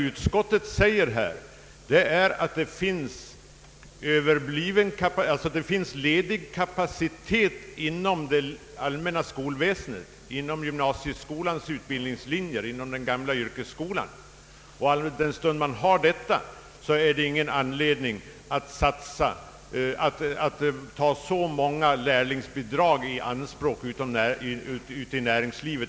Utskottet anför att det finns utbildningskapacitet inom det allmänna skolväsendet, alltså inom gymnasieskolans utbildningslinjer och inom den gamla yrkesskolan, och att det därför inte finns anledning att ta så många lärlingsbidrag i anspråk ute i näringslivet.